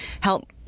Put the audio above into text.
help